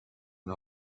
and